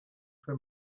für